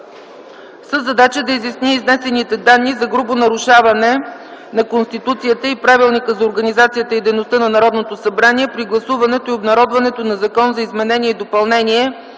със задача да изясни изнесените данни за грубо нарушаване на Конституцията и Правилника за организацията и дейността на Народното събрание при гласуването и обнародването на Закон за изменение и допълнение